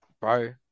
Bro